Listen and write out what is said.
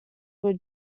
were